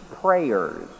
prayers